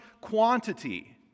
quantity